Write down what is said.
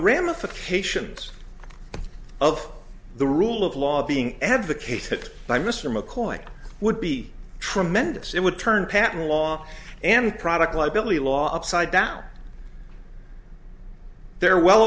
ramifications of the rule of law being advocated by mr mccoy would be tremendous it would turn patent law and product liability law upside down there well